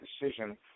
decision